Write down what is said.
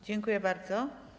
Dziękuję bardzo.